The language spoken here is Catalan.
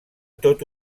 tot